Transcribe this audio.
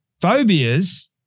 Phobias